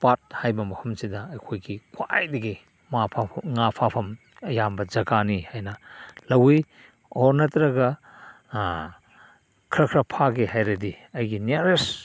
ꯄꯥꯠ ꯍꯥꯏꯕ ꯃꯐꯝꯁꯤꯗ ꯑꯩꯈꯣꯏꯒꯤ ꯈ꯭ꯋꯥꯏꯗꯒꯤ ꯉꯥ ꯉꯥ ꯐꯥꯐꯝ ꯑꯌꯥꯝꯕ ꯖꯒꯥꯅꯤ ꯍꯥꯏꯅ ꯂꯧꯏ ꯑꯣꯔ ꯅꯠꯇ꯭ꯔꯒ ꯈꯔ ꯈꯔ ꯐꯥꯒꯦ ꯍꯥꯏꯔꯗꯤ ꯑꯩꯒꯤ ꯅꯤꯌꯔꯔꯦꯁ